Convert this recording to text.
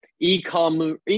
E-commerce